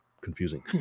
confusing